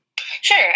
Sure